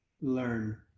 learn